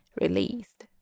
released